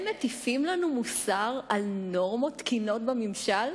הם מטיפים לנו מוסר על נורמות תקינות בממשל?